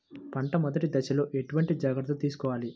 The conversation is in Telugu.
పంట మెదటి దశలో ఎటువంటి జాగ్రత్తలు తీసుకోవాలి?